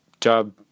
job